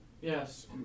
Yes